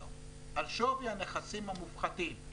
היום על שווי הנכסים המופחתים.